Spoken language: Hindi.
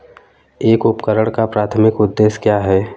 एक उपकरण का प्राथमिक उद्देश्य क्या है?